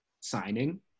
signing